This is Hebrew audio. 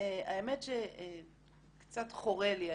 האמת שקצת חורה לי העניין.